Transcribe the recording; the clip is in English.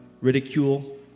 ridicule